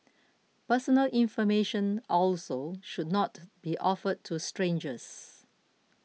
personal information also should not be offered to strangers